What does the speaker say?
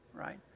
Right